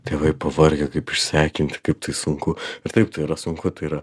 tėvai pavargę kaip išsekinti kaip tai sunku ir taip tai yra sunku tai yra